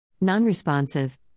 Non-responsive